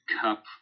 cup